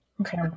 Okay